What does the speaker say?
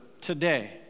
today